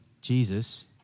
Jesus